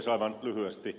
aivan lyhyesti